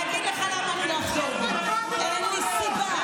אני אגיד לך למה אני לא אחזור בי: אין לי סיבה.